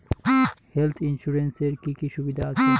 Health insurance এ কি কি সুবিধা আছে?